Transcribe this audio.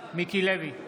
מיקי לוי,